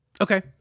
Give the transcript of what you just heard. Okay